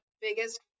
biggest